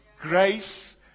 grace